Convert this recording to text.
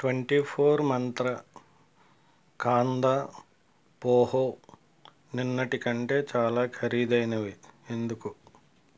twenty four Mantra kanda poha నిన్నటి కంటే చాలా ఖరీదైనవి ఎందుకు